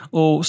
ou